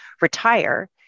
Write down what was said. retire